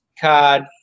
card